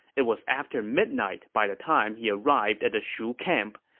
it was after midnight by the time he arrived at the shu camp.